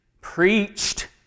preached